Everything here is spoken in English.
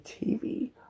TV